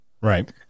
Right